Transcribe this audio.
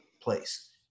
place